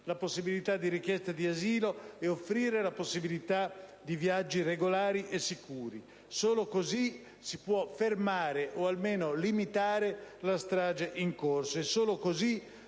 la possibilità di richiesta di asilo e offrire la possibilità di viaggi regolari e sicuri. Solo così si può fermare o almeno limitare la strage in corso. E solo così